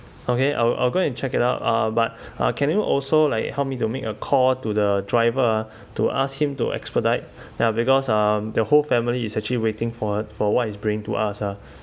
okay I'll I'll go and check it out uh but uh can you also like help me to make a call to the driver uh to ask him to expedite ya because um the whole family is actually waiting for uh for what he is bringing to us ah